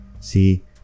see